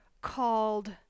called